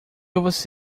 você